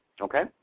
Okay